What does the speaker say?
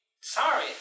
Sorry